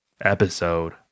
episode